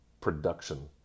production